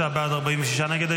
35 בעד, 46 נגד.